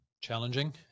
challenging